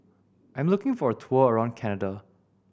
I'm looking for a tour around Canada